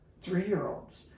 Three-year-olds